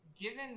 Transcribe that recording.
given